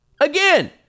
Again